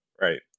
Right